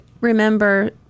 remember